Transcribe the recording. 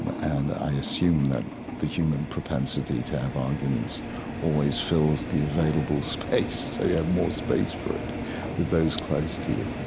and i assume that the human propensity to have arguments always fills the available space, so you have more space for it with those close to you.